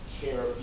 care